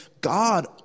God